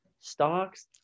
stocks